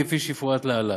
כפי שיפורט להלן.